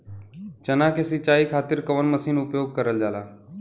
चना के सिंचाई खाती कवन मसीन उपयोग करल जाला?